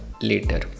later